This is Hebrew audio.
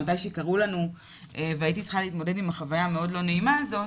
מתי שקראו לנו והייתי צריכה להתמודד עם החוויה המאוד לא נעימה הזאת,